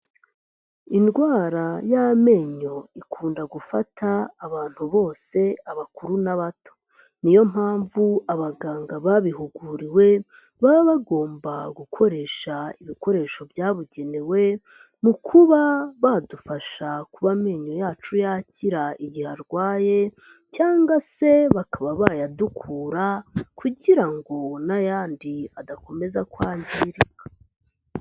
Indwara y'amenyo, ikunda gufata abantu bose abakuru n'abato. Niyo mpamvu abaganga babihuguriwe, baba bagomba gukoresha ibikoresho byabugenewe, mu kuba badufasha kuba amenyo yacu yakira igihe arwaye cyangwa se bakaba bayadukura kugira ngo n'ayandi adakomeza kwangirika.